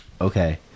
Okay